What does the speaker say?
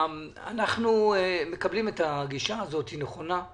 אנחנו מקבלים את הגישה הזאת שהיא נכונה.